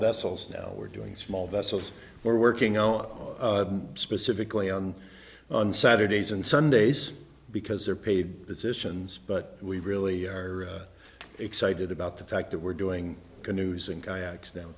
vessels now we're doing small vessels or working on specifically on saturdays and sundays because they're paid positions but we really are excited about the fact that we're doing canoes and kayaks down